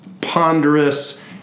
ponderous